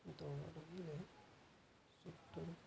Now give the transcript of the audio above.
ଦଳ ରହିଲେ ସେଇଟା